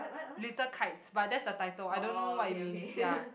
little kites but that's the title I don't know what it means ya